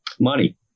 Money